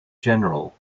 general